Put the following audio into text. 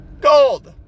Gold